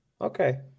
Okay